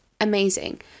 amazing